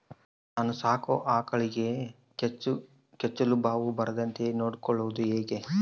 ನಾನು ಸಾಕೋ ಆಕಳಿಗೆ ಕೆಚ್ಚಲುಬಾವು ಬರದಂತೆ ನೊಡ್ಕೊಳೋದು ಹೇಗೆ?